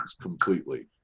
completely